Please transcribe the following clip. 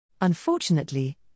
Unfortunately